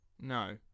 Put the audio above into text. No